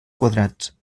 quadrats